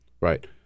Right